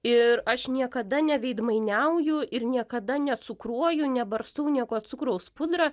ir aš niekada neveidmainiauju ir niekada necukruoju nebarstau nieko cukraus pudra